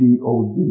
G-O-D